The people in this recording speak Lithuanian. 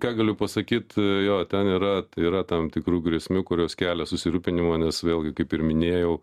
ką galiu pasakyt jo ten yra yra tam tikrų grėsmių kurios kelia susirūpinimą nes vėlgi kaip ir minėjau